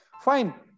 Fine